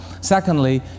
Secondly